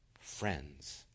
friends